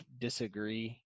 disagree